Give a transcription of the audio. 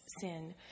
sin